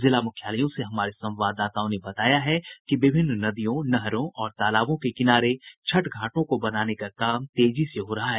जिला मुख्यालयों से हमारे संवाददाताओं ने बताया है कि विभिन्न नदियों नहरों और तालाबों के किनारे छठ घाटों को बनाने का काम तेजी से हो रहा है